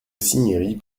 cinieri